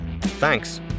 Thanks